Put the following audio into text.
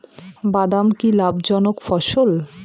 বাদাম কি লাভ জনক ফসল?